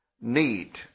need